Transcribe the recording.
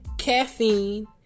Caffeine